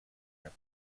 poem